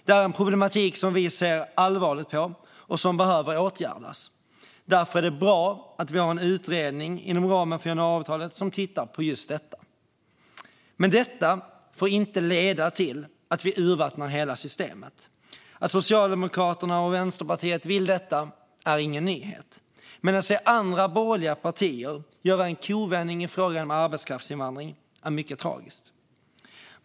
Det är en problematik som vi ser allvarligt på och som behöver åtgärdas. Därför är det bra att vi har en utredning inom ramen för januariavtalet som tittar på just detta. Detta får dock inte leda till att vi urvattnar hela systemet. Att Socialdemokraterna och Vänsterpartiet vill detta är ingen nyhet, men att se andra borgerliga partier göra en kovändning i frågan om arbetskraftsinvandring är mycket tragiskt.